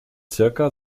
zirka